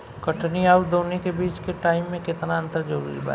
कटनी आउर दऊनी के बीच के टाइम मे केतना अंतर जरूरी बा?